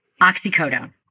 oxycodone